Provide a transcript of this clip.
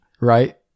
Right